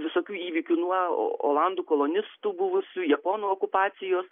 visokių įvykių nuo olandų kolonistų buvusių japonų okupacijos